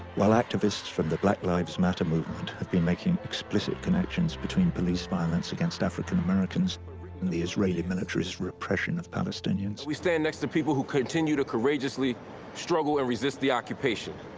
while activists from the black lives matter movement have been making explicit connections between police violence against african americans and the israeli militaryis repression of palestinians. we stand next to people who continue to courageously struggle and resist the occupation,